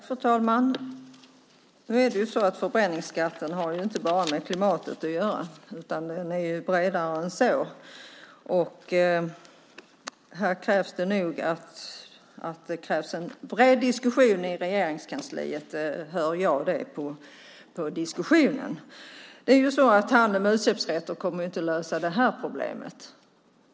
Fru talman! Förbränningsskatten har inte bara har med klimatet att göra, utan frågan är större än så. Här krävs nog en bred diskussion i Regeringskansliet. Handeln med utsläppsrätter kommer inte att lösa problemet.